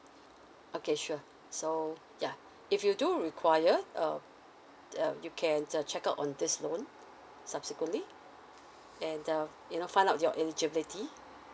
okay sure so ya if you do require uh uh you can uh check out on this loan subsequently and um you know find out your eligibility